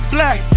Black